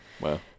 Wow